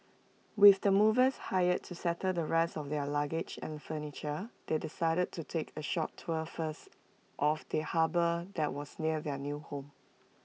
with the movers hired to settle the rest of their luggage and furniture they decided to take A short tour first of the harbour that was near their new home